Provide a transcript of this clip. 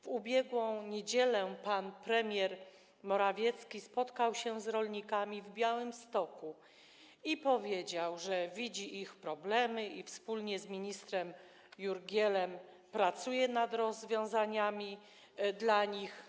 W ubiegłą niedzielę pan premier Morawiecki spotkał się z rolnikami w Białymstoku i powiedział, że widzi ich problemy i wspólnie z ministrem Jurgielem pracuje nad rozwiązaniami dla nich.